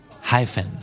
Hyphen